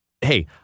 Hey